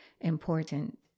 important